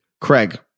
craig